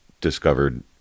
discovered